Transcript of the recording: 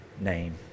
name